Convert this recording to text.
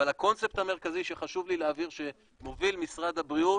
אבל הקונספט המרכזי שמוביל משרד הבריאות